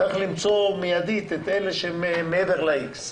וצריך למצוא מיידית את אלה שהם מעבר לאיקס.